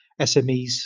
SMEs